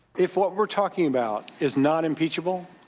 if what we're talking about is not impeachable,